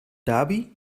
dhabi